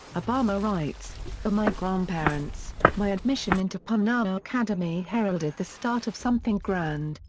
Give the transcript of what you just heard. obama writes for my grandparents, my admission into punahou academy heralded the start of something grand,